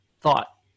thought